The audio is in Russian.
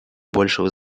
большего